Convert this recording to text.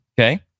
Okay